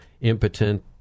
impotent